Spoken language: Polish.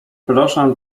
proszę